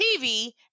TV